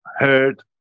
heard